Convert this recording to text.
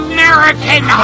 American